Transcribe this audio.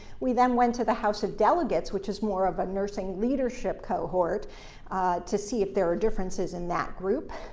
we then went to the house of delegates, which is more of a nursing leadership cohort to see if there are differences in that group.